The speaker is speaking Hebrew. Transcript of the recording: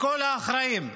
לכל האחראים: